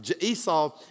Esau